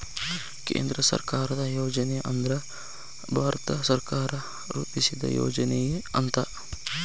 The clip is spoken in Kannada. ಕೇಂದ್ರ ಸರ್ಕಾರದ್ ಯೋಜನೆ ಅಂದ್ರ ಭಾರತ ಸರ್ಕಾರ ರೂಪಿಸಿದ್ ಯೋಜನೆ ಅಂತ